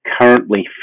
currently